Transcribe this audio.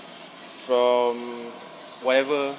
from whatever